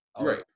Right